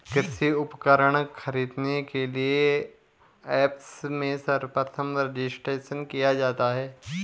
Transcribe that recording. कृषि उपकरण खरीदने के लिए ऐप्स में सर्वप्रथम रजिस्ट्रेशन किया जाता है